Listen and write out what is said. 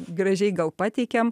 gražiai gal pateikiam